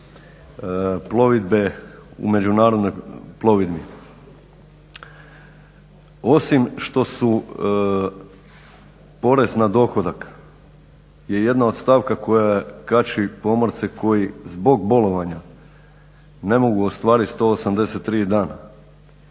plovidbe u međunarodnoj plovidbi. Osim što su porez na dohodak je jedna od stavki koja kači pomorce koji zbog bolovanja ne mogu ostvarit 183 dana,